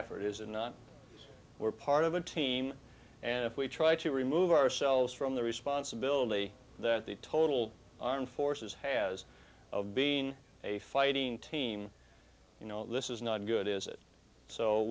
effort is it not we're part of a team and if we try to remove ourselves from the responsibility that the total armed forces has of being a fighting team you know this is not good is it so